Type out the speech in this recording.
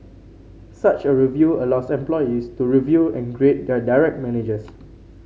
such a review allows employees to review and grade their direct managers